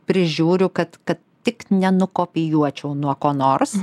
prižiūriu kad kad tik nenukopijuočiau nuo ko nors